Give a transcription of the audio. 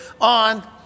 on